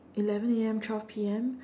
eleven A_M twelve P_M